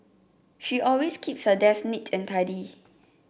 she always keeps her desk neat and tidy